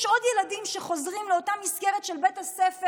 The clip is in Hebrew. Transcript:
יש עוד ילדים שחוזרים לאותה מסגרת של בית הספר,